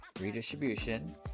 redistribution